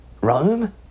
Rome